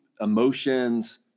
emotions